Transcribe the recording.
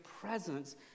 presence